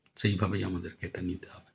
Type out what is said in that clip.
সেইভাবেই আমাদেরকে এটা নিতে হবে